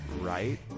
right